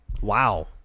Wow